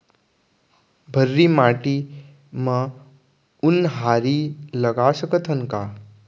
भर्री माटी म उनहारी लगा सकथन का?